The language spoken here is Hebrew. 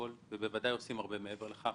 בוודאי גם הרבה מעבר לכך.